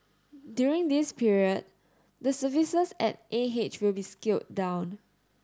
during this period the services at A H will be scaled down